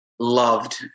Loved